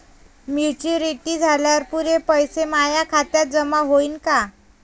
Maturity झाल्यावर पुरे पैसे माया खात्यावर जमा होईन का?